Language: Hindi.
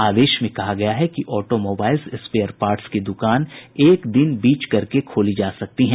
आदेश में कहा गया है कि ऑटो मोबाईल्स स्पेयर पार्टस की दुकान एक दिन बीच करके खोली जा सकती हैं